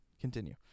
Continue